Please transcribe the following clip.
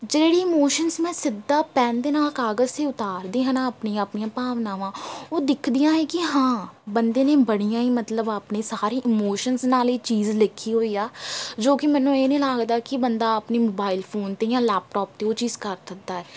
ਜਿਹੜੀ ਮੋਸ਼ਨਸ ਮੈਂ ਸਿੱਧਾ ਪੈੱਨ ਦੇ ਨਾਲ ਕਾਗਜ਼ 'ਤੇ ਉਤਾਰਦੀ ਹਾਂ ਨਾ ਆਪਣੀ ਆਪਣੀਆਂ ਭਾਵਨਾਵਾਂ ਉਹ ਦਿਖਦੀਆਂ ਹੈ ਕਿ ਹਾਂ ਬੰਦੇ ਨੇ ਬੜੀਆਂ ਹੀ ਮਤਲਬ ਆਪਣੇ ਸਾਰੇ ਇਮੋਸ਼ਨਸ ਨਾਲ ਇਹ ਚੀਜ਼ ਲਿਖੀ ਹੋਈ ਆ ਜੋ ਕਿ ਮੈਨੂੰ ਇਹ ਨਹੀਂ ਲੱਗਦਾ ਕਿ ਬੰਦਾ ਆਪਣੀ ਮੋਬਾਈਲ ਫੋਨ 'ਤੇ ਜਾਂ ਲੈਪਟੋਪ 'ਤੇ ਉਹ ਚੀਜ਼ ਕਰ ਸਕਦਾ ਹੈ